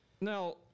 now